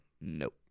nope